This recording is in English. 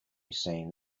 seen